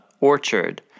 orchard